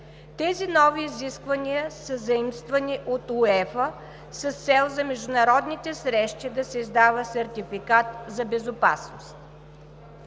Тези нови изисквания са заимствани от УЕФА с цел за международните срещи да се издава сертификат за безопасност.